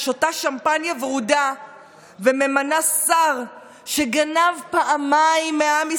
ששותה שמפניה ורודה וממנה שר שגנב פעמיים מעם ישראל,